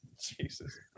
Jesus